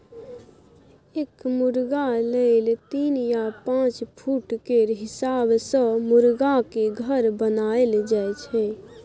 एक मुरगा लेल तीन या पाँच फुट केर हिसाब सँ मुरगाक घर बनाएल जाइ छै